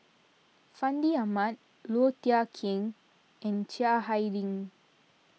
Fandi Ahmad Low Thia Khiang and Chiang Hai Ling